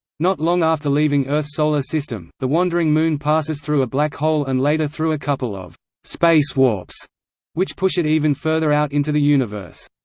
not long after leaving earth's solar system, the wandering moon passes through a black hole and later through a couple of space warps which push it even further out into the universe.